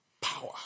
power